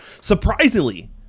Surprisingly